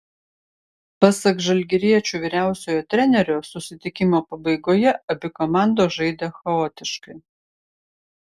pasak žalgiriečių vyriausiojo trenerio susitikimo pabaigoje abi komandos žaidė chaotiškai